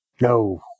No